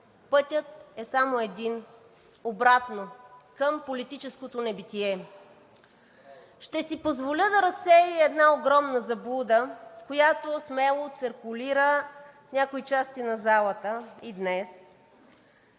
пътят е само един – обратно към политическото небитие. Ще си позволя да разсея и една огромна заблуда, която смело циркулира в някои части на залата и днес.